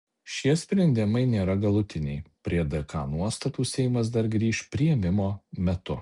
šie sprendimai nėra galutiniai prie dk nuostatų seimas dar grįš priėmimo metu